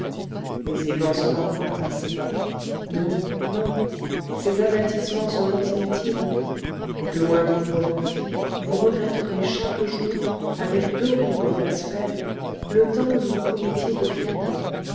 mais il n'en sera point ainsi non non ces avertissements seront inutiles loin de vous repentir vous regretterez chaque jour avec d'horribles blasphèmes le temps où vous commettiez vos crimes